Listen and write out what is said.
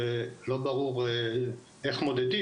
שלא ברור איך מודדים,